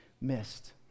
missed